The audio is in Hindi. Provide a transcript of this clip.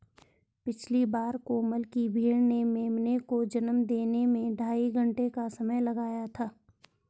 पिछली बार कोमल की भेड़ ने मेमने को जन्म देने में ढाई घंटे का समय लगाया था